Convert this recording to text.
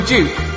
Duke